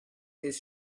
his